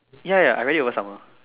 ya ya I read it over summer